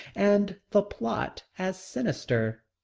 and the plot as sinister.